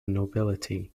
nobility